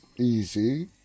easy